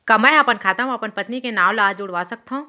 का मैं ह अपन खाता म अपन पत्नी के नाम ला जुड़वा सकथव?